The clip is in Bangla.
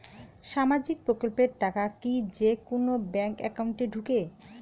সামাজিক প্রকল্পের টাকা কি যে কুনো ব্যাংক একাউন্টে ঢুকে?